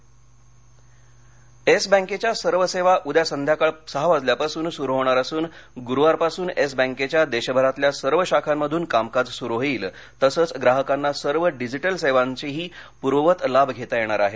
Yes Bank Yes बँकेच्या सर्व सेवा उद्या संध्याकाळी सहा वाजल्यापासून सुरु होणार असून गुरुवारपासून येस बँकेच्या देशभरातल्या सर्व शाखांमधून कामकाज सुरु होईल तसंच ग्राहकांना सर्व डिजिटल सेवांचाही पूर्ववत लाभ घेता येणार आहे